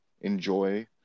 enjoy